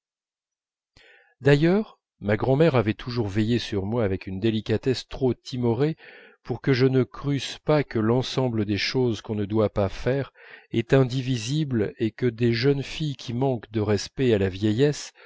d'ailleurs ma grand'mère avait toujours veillé sur moi avec une délicatesse trop timorée pour que je ne crusse pas que l'ensemble des choses qu'on ne doit pas faire est indivisible et que des jeunes filles qui manquent de respect à la vieillesse